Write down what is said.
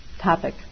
topic